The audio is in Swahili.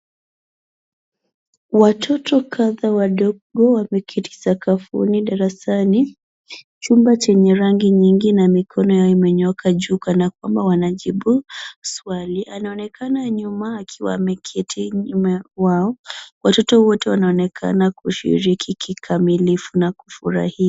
Watoto kadha wadogo wameketi sakafuni darasani. Chumba chenye rangi nyingi na mikono yao imenyooka juu kana kwamba wanajibu swali. Anaonekana nyuma akiwa ameketi nyuma kwao. Watoto wote wanaonekana kushiriki kikamilifu na kufurahia.